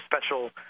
special